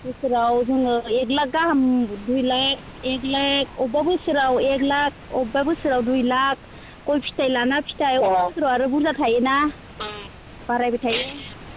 बोसोराव जोङो एक लाख गाहाम दुइ लाख एक लाख अबेबा बोसोराव एक लाख अबेबा बोसोराव दुइ लाख गय फिथाइ लाना फिथाइ अबेबा बोसोराव आरो बुरजा थायोना बारायबाय थायो